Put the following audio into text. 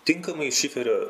tinkamai šiferio